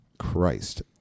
Christ